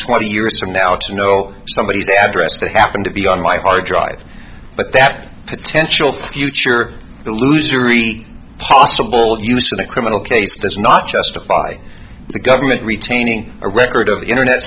twenty years from now to know somebody is the address that happened to be on my hard drive but that potential future the loser e possible use for the criminal case does not justify the government retaining a record of the internet